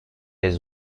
his